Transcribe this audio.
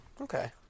Okay